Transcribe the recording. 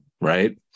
right